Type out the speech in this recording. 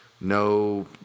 No